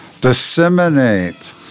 disseminate